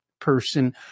person